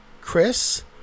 Chris